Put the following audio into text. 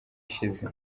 ishize